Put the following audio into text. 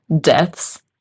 deaths